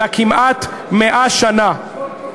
אלא כמעט 100 שנה.